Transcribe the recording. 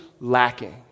lacking